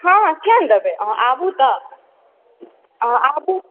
हँ हँ किया नहि देबै अहाँ आबु तऽ अहाँ आबु